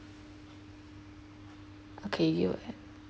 okay you have